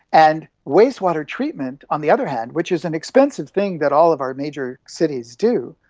and wastewater treatment on the other hand which is an expensive thing that all of our major cities do.